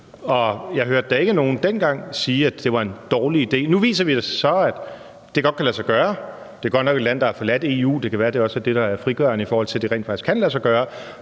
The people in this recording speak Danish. jeg hørte da ikke nogen dengang sige, at det var en dårlig idé. Nu viser det sig så, at det godt kan lade sig gøre. Det er godt nok et land, der har forladt EU; det kan være, det også er det, der er frigørende, i forhold til at det rent faktisk kan lade sig gøre.